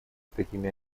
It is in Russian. такими